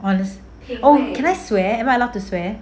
honest oh can I swear am I allow to swear